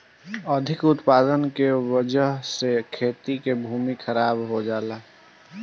अधिक उत्पादन कइला के वजह से खेती के भूमि खराब हो जाला